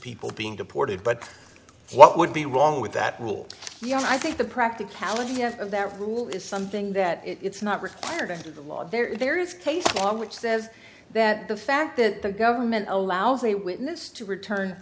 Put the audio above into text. people being deported but what would be wrong with that rule yeah i think the practicality of that rule is something that it's not required under the law there is there is case law which says that the fact that the government allows a witness to return